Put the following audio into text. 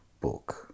book